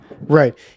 Right